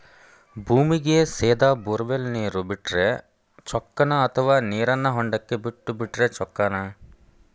ಭೂಮಿಗೆ ಸೇದಾ ಬೊರ್ವೆಲ್ ನೇರು ಬಿಟ್ಟರೆ ಚೊಕ್ಕನ ಅಥವಾ ನೇರನ್ನು ಹೊಂಡಕ್ಕೆ ಬಿಟ್ಟು ಬಿಟ್ಟರೆ ಚೊಕ್ಕನ?